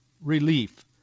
relief